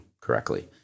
correctly